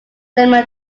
similar